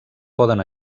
poden